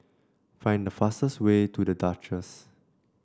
find the fastest way to The Duchess